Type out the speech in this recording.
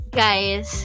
guys